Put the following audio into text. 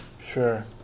sure